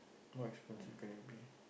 what expensive can it be